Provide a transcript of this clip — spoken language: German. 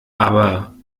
aber